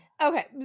Okay